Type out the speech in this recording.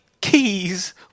keys